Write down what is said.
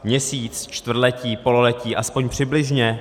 Měsíc, čtvrtletí, pololetí, aspoň přibližně?